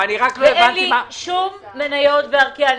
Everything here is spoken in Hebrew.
אין לי שום מניות בארקיע.